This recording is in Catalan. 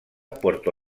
puerto